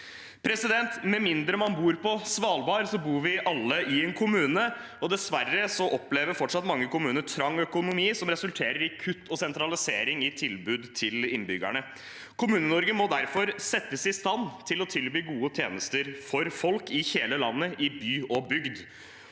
sultne. Med mindre man bor på Svalbard, bor vi alle i en kommune, og dessverre opplever fortsatt mange kommuner trang økonomi som resulterer i kutt og sentralisering i tilbudene til innbyggerne. Kommune-Norge må derfor settes i stand til å tilby gode tjenester for folk i hele landet, i by og bygd.